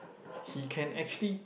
he can actually